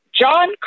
john